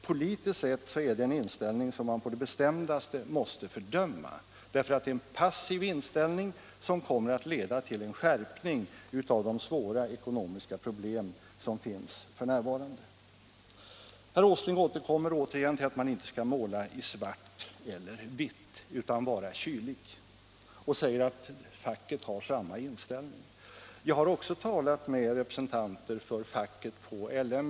Politiskt sett är det en inställning som man på det bestämdaste måste fördöma, eftersom det är en passiv inställning, som kommer att leda till en skärpning av de svåra ekonomiska problem som finns f.n. 57 Herr Åsling återkommer till att man inte skall måla i svart eller vitt utan vara kylig och säger att facket har samma inställning. Jag har också talat med representanter för facket på L M.